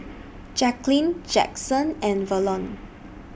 Jacqueline Jackson and Verlon